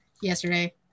yesterday